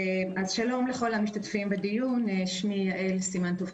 שלום לכל המשתתפים בדיון, שמי יעל סימן טוב כהן,